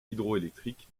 hydroélectrique